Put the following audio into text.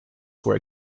where